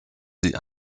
sie